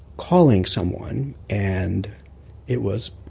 calling someone. and it was,